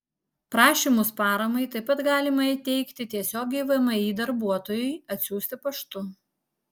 prašymus paramai taip pat galima įteikti tiesiogiai vmi darbuotojui atsiųsti paštu